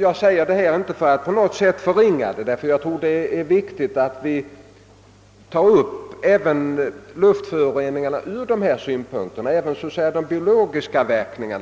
Jag säger inte detta för att på något sätt förringa problemet, ty jag tror det är viktigt att vi tar upp även luftföroreningarna i detta sammanhang, d.v.s. studerar deras biologiska verkningar.